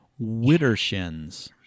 Wittershins